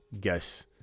guess